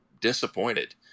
disappointed